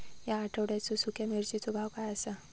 या आठवड्याचो सुख्या मिर्चीचो भाव काय आसा?